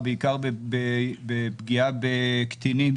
בעיקר פגיעה בקטינים,